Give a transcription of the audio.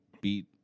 beat